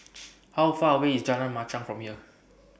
How Far away IS Jalan Machang from here